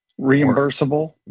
reimbursable